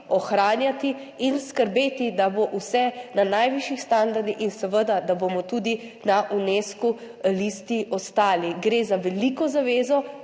ohranjati in skrbeti, da bo vse na najvišjih standardih in seveda, da bomo tudi na Unescovi listi tudi ostali. Gre za veliko zavezo